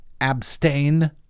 abstain